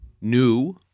new